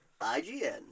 IGN